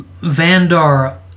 Vandar